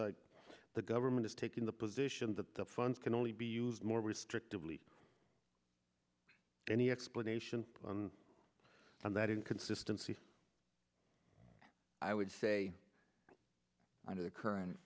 like the government is taking the position that the funds can only be used more restrictively any explanation and that in consistency i would say under the current